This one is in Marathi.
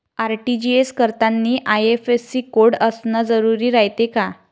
आर.टी.जी.एस करतांनी आय.एफ.एस.सी कोड असन जरुरी रायते का?